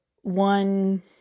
one